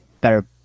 better